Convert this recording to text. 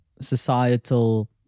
societal